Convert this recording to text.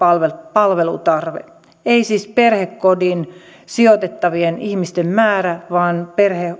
palvelutarve ei siis perhekotiin sijoitettavien ihmisten määrä vaan